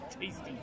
tasty